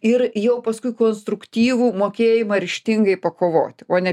ir jau paskui konstruktyvų mokėjimą ryžtingai pakovoti o ne